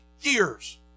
years